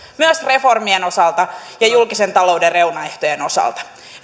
myös reformien osalta ja julkisen talouden reunaehtojen osalta